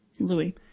Louis